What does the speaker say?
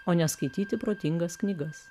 o ne skaityti protingas knygas